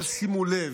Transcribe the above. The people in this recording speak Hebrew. תשימו לב,